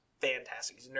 fantastic